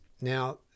Now